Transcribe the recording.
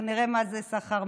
אנחנו נראה מה זה סחר-מכר,